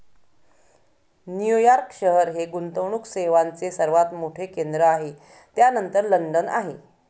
New York शहर हे गुंतवणूक सेवांचे सर्वात मोठे केंद्र आहे त्यानंतर लंडन आहे